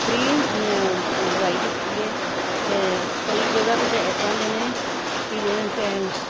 free ਦਵਾਈ ਦਿੱਤੀ ਐ ਤੇ ਕਈ ਜਗਾ ਤੇ ਤਾਂ ਏਦਾਂ ਦੇ ਨੇ ਕੀ ਜਿਵੇਂ ਕਿ